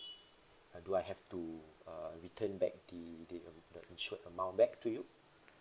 uh do I have to uh return back the the the insured amount back to you